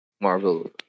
Marvel